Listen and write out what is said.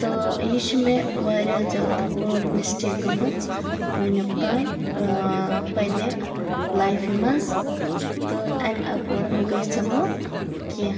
تہٕ یہِ چھِ مےٚ واریاہ زیادٕ بٔڑ مِسٹیک گٔمٕژ وُنیُک تانۍ ٲں پننہِ لایفہِ منٛز تہٕ اَمہِ اَپور مہ گٔژھِن وۄنۍ کیٚنٛہہ